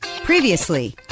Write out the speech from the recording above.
Previously